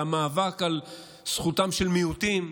על המאבק על זכותם של מיעוטים,